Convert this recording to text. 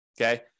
okay